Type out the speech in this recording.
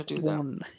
one